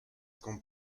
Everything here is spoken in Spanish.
con